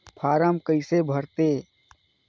Form कइसे भरते?